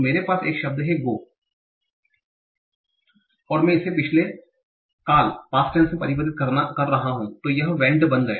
तो मेरे पास एक शब्द गो है और इसे मैं पिछले काल में परिवर्तित कर रहा हूं और यह वेंट बन गया